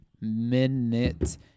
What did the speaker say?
minute